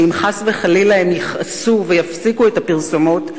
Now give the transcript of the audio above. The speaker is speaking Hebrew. שאם חס וחלילה הם יכעסו ויפסיקו את הפרסומות,